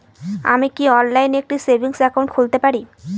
আমি কি অনলাইন একটি সেভিংস একাউন্ট খুলতে পারি?